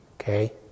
Okay